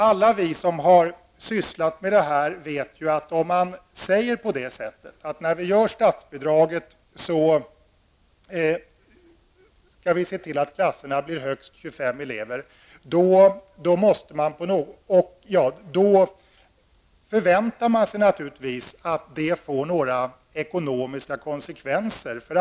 Alla som har sysslat med denna fråga vet att om man säger att när statsbidraget genomförs skall man se till att det blir högst 25 elever i varje klass, förväntar man sig naturligtvis att det får ekonomiska konsekvenser.